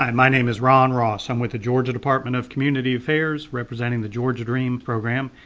um my name is ron ross. i'm with the georgia department of community affairs representing the georgia dream program,